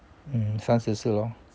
mm 三十四 lor